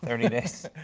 thirty days?